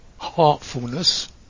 heartfulness